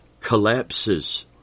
collapses